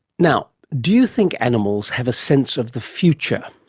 now, do you think animals have a sense of the future?